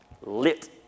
lit